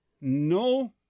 no